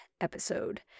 episode